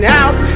out